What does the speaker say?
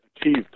achieved